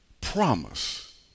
promise